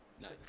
Nice